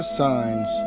signs